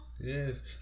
Yes